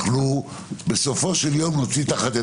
הצעת חוק חוזה הביטוח (תיקון,